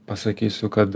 pasakysiu kad